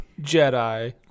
Jedi